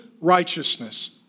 righteousness